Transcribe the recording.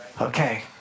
Okay